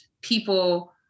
people